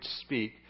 speak